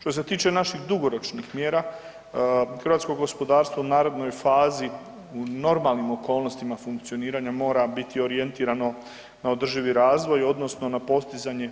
Što se tiče naših dugoročnih mjera, hrvatskog gospodarstvo u narednoj fazi u normalnim okolnostima funkcioniranja mora biti orijentirano na održivi razvoj odnosno na postizanje